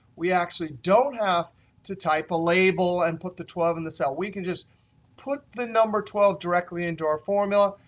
we actually don't have to type a label and put the twelve in the cell. we can just put the number twelve directly into our formula,